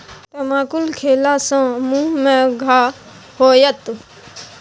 तमाकुल खेला सँ मुँह मे घाह होएत